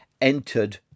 entered